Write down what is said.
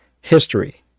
history